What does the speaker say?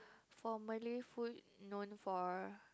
for Malay food known for